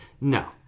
No